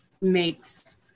makes